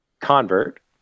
convert